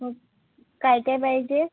मग काय काय पाहिजे